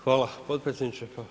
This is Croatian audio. Hvala potpredsjedniče.